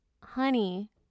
honey